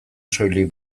soilik